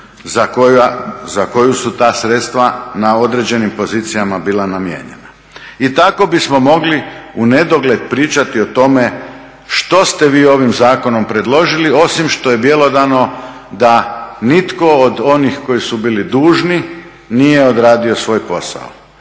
za koju su ta sredstva na određenim pozicijama bila namijenjena. I tako bismo mogli unedogled pričati o tome što ste vi ovim zakonom predložili, osim što je bjelodano da nitko od onih koji su bili dužni nije odradio svoj posao.